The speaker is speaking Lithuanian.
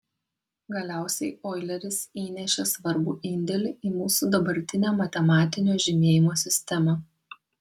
galiausia oileris įnešė svarbų indėlį į mūsų dabartinę matematinio žymėjimo sistemą